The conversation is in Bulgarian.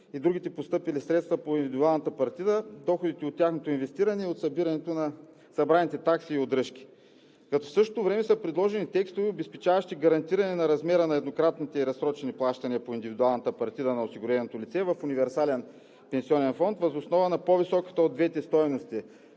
и другите постъпили средства по индивидуалната партида, доходите от тяхното инвестиране и от събраните такси и удръжки. В същото време са предложени текстове, обезпечаващи гарантиране на размера на еднократните разсрочени плащания по индивидуалната партида на осигуреното лице в универсален пенсионен фонд въз основата на по-високата от двете стойности,